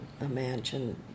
imagine